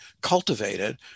cultivated